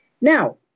Now